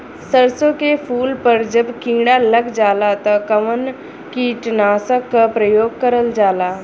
सरसो के फूल पर जब किड़ा लग जाला त कवन कीटनाशक क प्रयोग करल जाला?